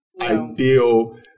ideal